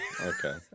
okay